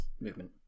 movement